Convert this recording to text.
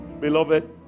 Beloved